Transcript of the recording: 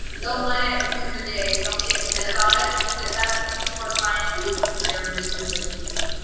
don't let it ruin your day, don't be upset about it because yeah thats what these people are trying to do because they're miserable people.